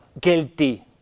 guilty